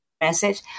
message